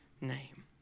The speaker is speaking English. name